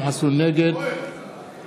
נגד